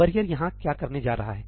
barrier यहां क्या करने जा रहा है